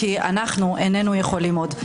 כי אנחנו איננו יכולים עוד.